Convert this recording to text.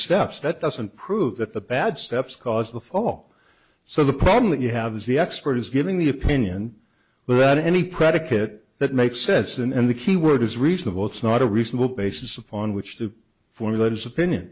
steps that doesn't prove that the bad steps cause the fall so the problem that you have is the expert is giving the opinion without any predicate that makes sense and the key word is reasonable it's not a reasonable basis upon which to formulate his opinion